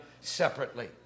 separately